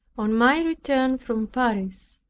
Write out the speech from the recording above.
on my return from paris,